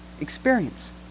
experience